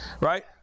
Right